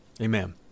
Amen